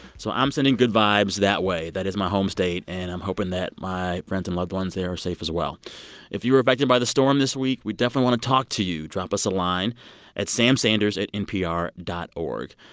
so i'm sending good vibes that way. that is my home state. and i'm hoping that my friends and loved ones they are safe, as well if you were affected by the storm this week, we definitely want to talk to you. drop us a line at samsanders at npr dot o